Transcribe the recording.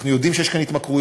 אנחנו יודעים שיש פה התמכרות.